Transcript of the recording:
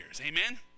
Amen